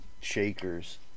shakers